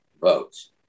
votes